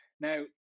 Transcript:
Now